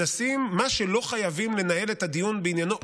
מה שלא חייבים לנהל את הדיון בעניינו עכשיו,